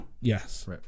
yes